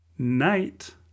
night